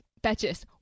Betches